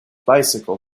bicycle